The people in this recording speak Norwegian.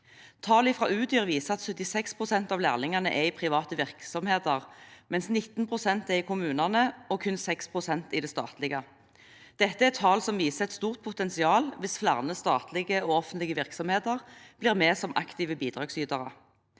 viser at 76 pst. av lærlingene er i private virksomheter, mens 19 pst. er i kommunene og kun 6 pst. i det statlige. Dette er tall som viser et stort potensial hvis flere statlige og offentlige virksomheter blir med som aktive bidragsytere.